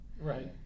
Right